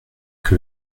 que